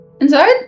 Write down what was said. inside